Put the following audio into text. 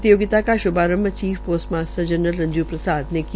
प्रतियोगिता का शुभारंभ chief post master general Ranju Prasad ने किया